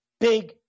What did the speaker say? Big